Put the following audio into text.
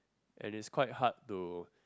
and it's quite hard to